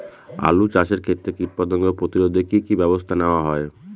আলু চাষের ক্ষত্রে কীটপতঙ্গ প্রতিরোধে কি কী ব্যবস্থা নেওয়া হয়?